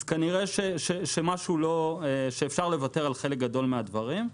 אז כנראה אפשר לוותר על חלק גדול מן הדברים.